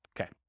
Okay